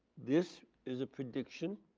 this is a prediction